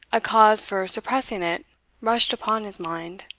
a cause for suppressing it rushed upon his mind.